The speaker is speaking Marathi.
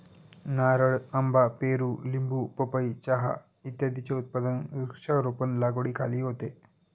नारळ, आंबा, पेरू, लिंबू, पपई, चहा इत्यादींचे उत्पादन वृक्षारोपण लागवडीखाली होते